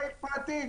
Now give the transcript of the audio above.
גם בבית פרטי.